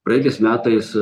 praeitais metais